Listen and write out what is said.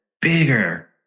bigger